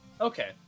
Okay